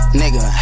nigga